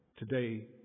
today